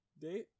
date